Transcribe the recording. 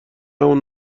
اون